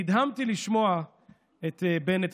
נדהמתי לשמוע את בנט,